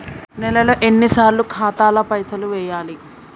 నెలలో ఎన్నిసార్లు ఖాతాల పైసలు వెయ్యాలి?